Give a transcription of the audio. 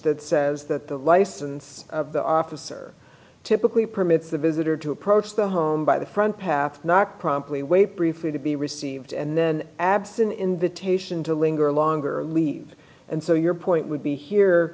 that says that the license of the officer typically permits the visitor to approach the home by the front path not promptly wait briefly to be received and then absent in the taishan to linger longer leave and so your point would be here